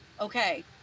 Okay